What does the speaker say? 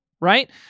Right